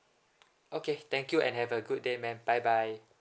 okay thank you and have a good day ma'am bye bye